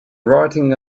writing